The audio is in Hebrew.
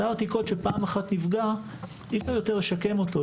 אתר עתיקות שפעם אחת נפגע אי אפשר יותר לשקם אותו,